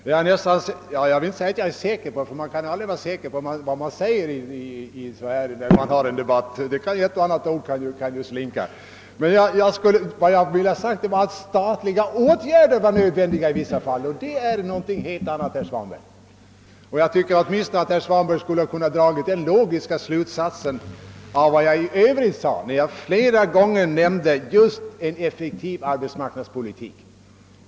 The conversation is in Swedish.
Man kan ju aldrig vara riktigt säker på vad man säger i en livlig debatt — ett och annat ord kan slinka ur en — men vad jag avsåg att säga var, att statliga åtgärder är nödvändiga i vissa fall, och det är någonting annat. Jag tycker att herr Svanberg åtminstone kunde ha dragit den logiska slutsatsen av vad jag i Övrigt sade. Jag nämnde t.ex. flera gånger behovet av en effektiv arbetsmarknadspolitik.